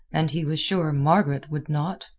and he was sure margaret would not.